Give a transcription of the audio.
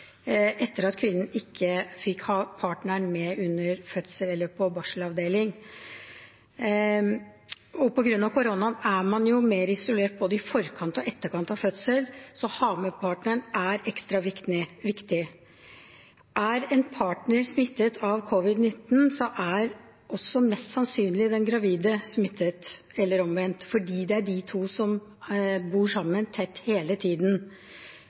etter at kvinnen ikke fikk ha partneren med under fødsel eller på barselavdeling. På grunn av koronaen er man mer isolert både i forkant og i etterkant av fødsel, så å ha med partneren er ekstra viktig. Er en partner smittet av covid-19, er også mest sannsynlig den gravide smittet, eller omvendt, fordi det er de to som bor sammen tett hele tiden.